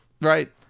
Right